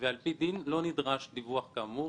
על פי דין לא נדרש דיווח כאמור.